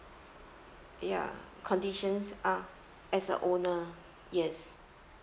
ya conditions uh as a owner yes